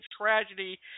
tragedy